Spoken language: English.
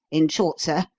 in short, sir,